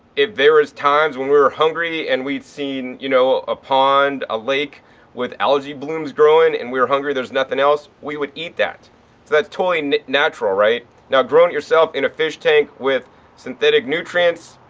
if there is times when we're hungry and we've seen, you know, a pond, a lake with algae blooms growing and we're hungry, there's nothing else, we would eat that. so that's totally and natural, right? now growing it yourself in a fish tank with synthetic nutrients,